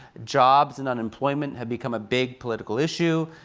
jobs and unemployment have become a big political issue.